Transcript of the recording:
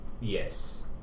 Yes